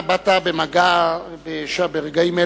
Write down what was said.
הצעת חוק שוויון ההזדמנויות בעבודה (תיקון,